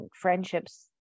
friendships